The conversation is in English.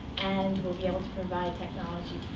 and we'll be able to provide technology